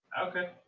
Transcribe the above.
Okay